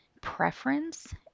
preference